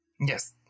yes